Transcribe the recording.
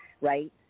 right